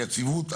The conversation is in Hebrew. היציבות,